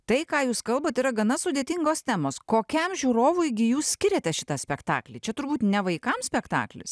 tai ką jūs kalbat yra gana sudėtingos temos kokiam žiūrovui gi jūs skiriate šitą spektaklį čia turbūt ne vaikams spektaklis